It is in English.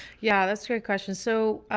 yeah, that's fair question. so